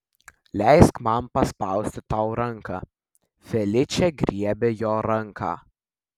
leisk man paspausti tau ranką feličė griebė jo ranką